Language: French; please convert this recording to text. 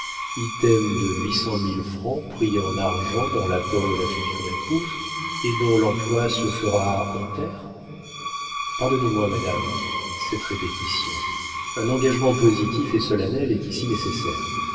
item de huit cent mille francs pris en argent dans l'apport de la future épouse et dont l'emploi se fera en terres pardonnez-moi madame cette répétition un engagement positif et solennel est ici nécessaire